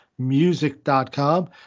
music.com